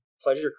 pleasure